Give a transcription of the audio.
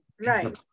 right